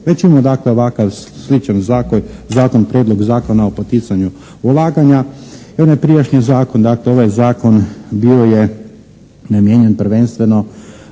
Već imamo dakle ovakav sličan zakon, Prijedlog zakona o poticanju ulaganja i onaj prijašnji zakon dakle ovaj Zakon bio je namijenjen prvenstveno